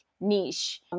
niche